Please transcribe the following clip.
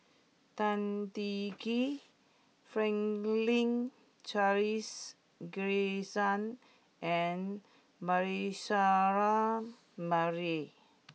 Tan Teng Kee Franklin Charles Gimson and Manasseh Meyer